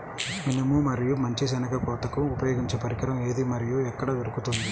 మినుము మరియు మంచి శెనగ కోతకు ఉపయోగించే పరికరం ఏది మరియు ఎక్కడ దొరుకుతుంది?